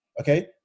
Okay